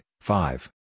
five